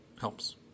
helps